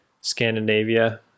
Scandinavia